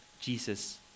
Jesus